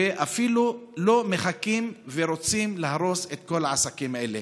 ואפילו לא מחכים ורוצים להרוס את כל העסקים האלה.